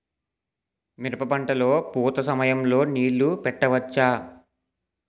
మిరప పంట లొ పూత సమయం లొ నీళ్ళు పెట్టవచ్చా?